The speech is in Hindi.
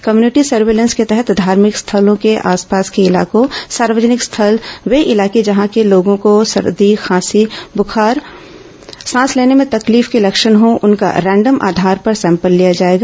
कम्यूनिटी सर्विलेंस के तहत धार्मिक स्थल के आसपास के इलाकों सार्वजनिक स्थल वे इलाके जहां के लोगों को सर्दी खांसी बुखार सांस लेने में तकलीफ के लक्षण हो उनका रैंडम आधार पर सैंपल लिया जाएगा